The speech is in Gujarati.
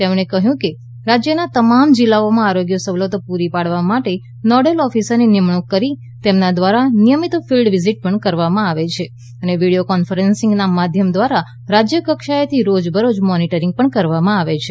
તેમણે કહ્યું કે રાજ્યના તમામ જિલ્લાઓમાં આરોગ્ય સવલતો પૂરી પાડવા માટે નોડલ ઓફિસરોની નિમણૂંક કરીને તેમના દ્વારા નિયમિત ફિલ્ડ વિઝીટ પણ કરવામાં આવે છે અને વીડિયો કોન્ફરન્સીંગના માધ્યમ દ્વારા રાજ્યકક્ષાએથી રોજ બરોજ મોનીટરીંગ પણ કરવામાં આવે છે